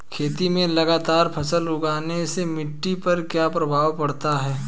खेत में लगातार फसल उगाने से मिट्टी पर क्या प्रभाव पड़ता है?